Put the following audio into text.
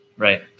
Right